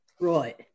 Right